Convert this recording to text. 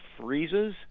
freezes